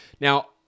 Now